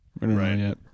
Right